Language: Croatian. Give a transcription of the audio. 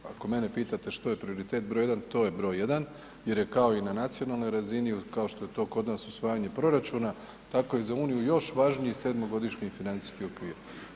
Ako mene pitate što je prioritet broj jedan, to je broj jedan jer je kao i na nacionalnoj razini, kao što je to kod nas usvajanje proračuna, tako je za Uniju još važniji sedmogodišnji financijski okvir.